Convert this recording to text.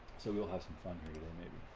so we all have some fun here maybe